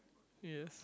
yes